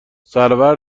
سرور